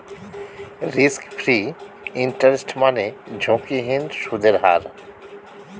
risk free interest মানে ঝুঁকিহীন সুদের হার